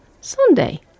Sunday